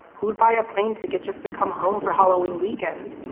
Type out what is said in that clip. who'd buy a plane ticket just to come home for halloween weekend.